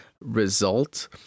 result